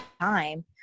time